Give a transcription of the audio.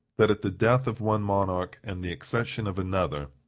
that at the death of one monarch and the accession of another,